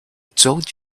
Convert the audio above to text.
told